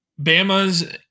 Bama's